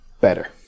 better